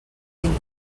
vint